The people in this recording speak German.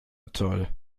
toll